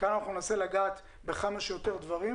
היום אנחנו ננסה לגעת בכמה שיותר נושאים.